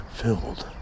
filled